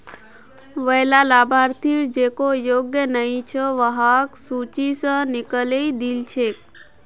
वैला लाभार्थि जेको योग्य नइ छ वहाक सूची स निकलइ दिल छेक